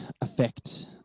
affect